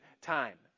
time